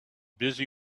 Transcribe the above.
busy